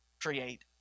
create